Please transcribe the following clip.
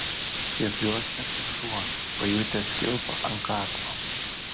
šiepiuosi kaip šuo pajutęs kilpą ant kaklo